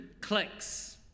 clicks